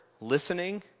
listening